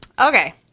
Okay